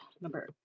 number